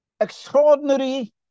Extraordinary